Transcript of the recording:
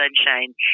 sunshine